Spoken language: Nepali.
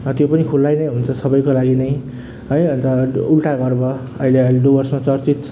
र त्यो पनि खुल्लै नै हुन्छ सबैको लागि नै है अन्त उल्टा घर भयो अहिले अहिले डुवर्समा चर्चित